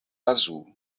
azul